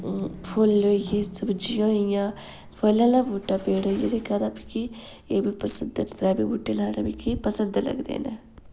फुल्ल होई गे सब्ज़ियां होई गेइयां फल आह्ला बूह्टा पेड़ होई गेआ जेह्का तां मिगी एह् बी पसंद न त्रैवे बूह्टे लाना मिगी पसंद लगदे न